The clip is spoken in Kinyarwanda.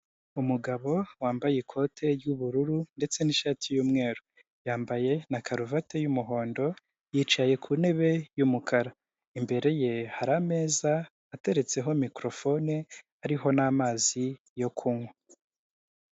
Umugabo wambaye ikote ry'ubururu ndetse n'shati y'umweru yambaye na karuvati y'umuhondo, yicaye ku ntebe y'umukara, imbere ye hari ameza ateretseho mikorofone ariho n'amazi yo kunywa.